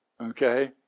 Okay